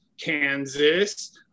Kansas